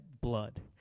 blood